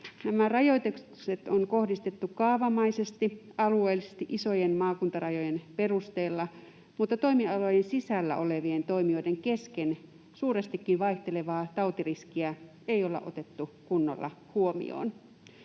Nämä rajoitukset on kohdistettu kaavamaisesti, alueellisesti isojen maakuntarajojen perusteella, mutta toimialojen sisällä olevien toimijoiden kesken suurestikin vaihtelevaa tautiriskiä ei olla otettu kunnolla huomioon.